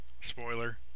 Spoiler